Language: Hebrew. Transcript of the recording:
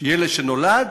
ילד שנולד,